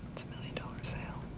it's a million dollar sale.